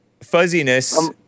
fuzziness